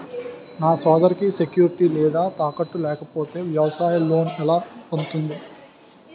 నా సోదరికి సెక్యూరిటీ లేదా తాకట్టు లేకపోతే వ్యవసాయ లోన్ ఎలా పొందుతుంది?